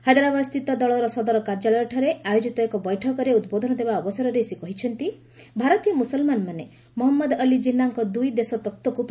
ହାଇଦରାବାଦସ୍ଥିତ ଦଳର ସଦର କାର୍ଯ୍ୟାଳୟଠାରେ ଆୟୋଜିତ ଏକ ବୈଠକରେ ଉଦ୍ବୋଧନ ଦେବା ଅବସରରେ ସେ କହିଛନ୍ତି ଭାରତୀୟ ମୁସଲ୍ମାନମାନେ ମହମ୍ମଦ ଅଲ୍ଲି ଜିନ୍ନାଙ୍କ ଦୁଇ ଦେଶ ତତ୍ତ୍ୱକୁ ପ୍ରତ୍ୟାଖ୍ୟାନ କରିଛନ୍ତି